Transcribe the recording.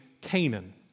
Canaan